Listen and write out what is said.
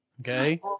Okay